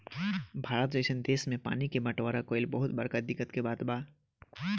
भारत जइसन देश मे पानी के बटवारा कइल बहुत बड़का दिक्कत के बात बा